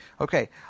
okay